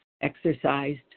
exercised